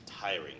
tiring